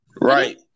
Right